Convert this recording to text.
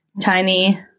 tiny